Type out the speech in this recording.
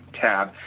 tab